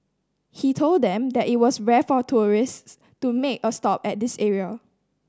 he told them that it was rare for tourists to make a stop at this area